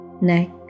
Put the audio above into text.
neck